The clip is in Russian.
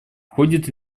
входит